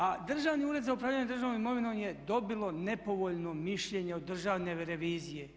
A Državni ured za upravljanje državnom imovinom je dobilo nepovoljno mišljenje od Državne revizije.